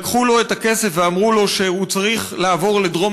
לקחו לו את הכסף ואמרו לו שהוא צריך לעבור לדרום